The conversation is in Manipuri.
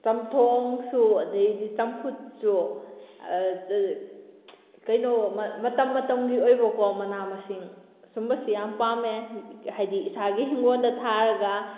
ꯆꯝꯊꯣꯡꯁꯨ ꯑꯗꯩꯗꯤ ꯆꯝꯐꯨꯠꯁꯨ ꯀꯩꯅꯣ ꯃꯇꯝ ꯃꯇꯝꯒꯤ ꯑꯣꯏꯕꯀꯣ ꯃꯅꯥ ꯃꯁꯤꯡ ꯁꯨꯝꯕꯁꯦ ꯌꯥꯝ ꯄꯥꯝꯃꯦ ꯍꯥꯏꯗꯤ ꯏꯁꯥꯒꯤ ꯍꯤꯡꯒꯣꯜꯗ ꯊꯥꯔꯒ